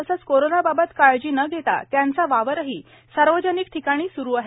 तसेच कोरोना बाबत काळजी न घेता त्यांचा वावरही सार्वजनिक ठिकाणी सुरू आहे